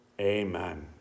Amen